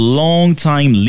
long-time